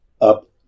up